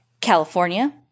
California